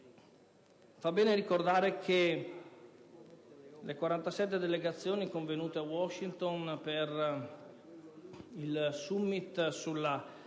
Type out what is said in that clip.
Fa bene ricordare che le 47 delegazioni convenute a Washington per il *summit* sulla